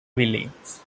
villains